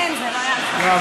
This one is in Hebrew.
הייתי כאן.